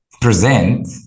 present